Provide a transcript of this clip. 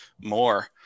more